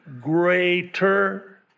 greater